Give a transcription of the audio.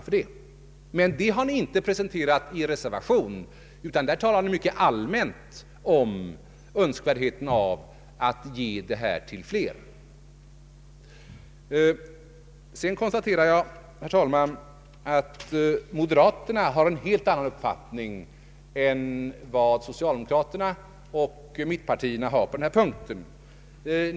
Men något sådant uppslag har ni inte presenterat i er reservation, utan där talar ni mycket allmänt om önskvärdheten av att ge denna förmån till flera. Sedan konstaterar jag, herr talman, att moderata samlingspartiet har en helt annan uppfattning än socialdemokraterna och mittenpartierna på denna punkt.